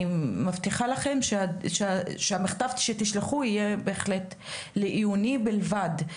אני מבטיחה לכם שהמכתב שתשלחו יהיה בהחלט לעיוני בלבד.